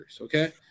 okay